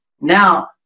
Now